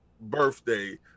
birthday